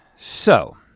so